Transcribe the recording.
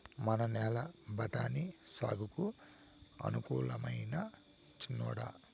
మన నేల బఠాని సాగుకు అనుకూలమైనా చిన్నోడా